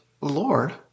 Lord